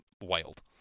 wild